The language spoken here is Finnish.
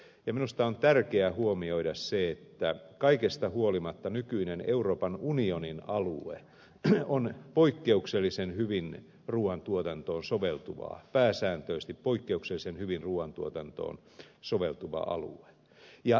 minusta on tärkeää huomioida se että kaikesta huolimatta nykyinen euroopan unionin alue on poikkeuksellisen hyvin ruuantuotantoon soveltuvaa pääsääntöisesti poikkeuksellisen hyvin ruuantuotantoon soveltuva alue